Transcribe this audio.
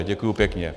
Děkuji pěkně.